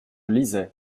lisais